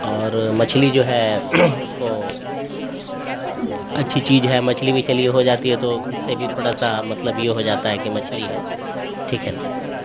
اور مچھلی جو ہے اس کو اچھی چیز ہے مچھلی بھی چلیے ہو جاتی ہے تو اس سے بھی تھوڑا سا مطلب یہ ہو جاتا ہے کہ مچھلی ہے ٹھیک ہے